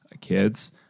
kids